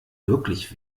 wirklich